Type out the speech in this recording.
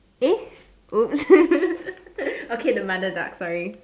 eh !oops! okay the mother duck sorry